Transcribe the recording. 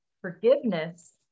Forgiveness